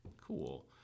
Cool